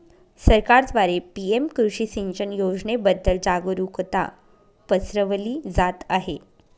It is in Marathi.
सरकारद्वारे पी.एम कृषी सिंचन योजनेबद्दल जागरुकता पसरवली जात आहे